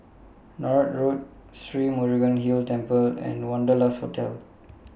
Northolt Road Sri Murugan Hill Temple and Wanderlust Hotel